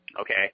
okay